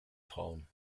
frauen